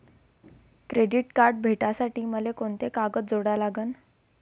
Credit card भेटासाठी मले कोंते कागद जोडा लागन?